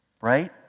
Right